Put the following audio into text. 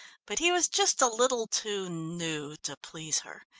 but he was just a little too new to please her.